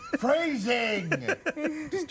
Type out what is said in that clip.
Phrasing